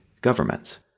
governments